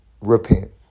repent